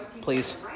please